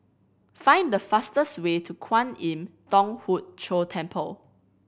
find the fastest way to Kwan Im Thong Hood Cho Temple